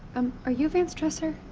um. are you vance tressor?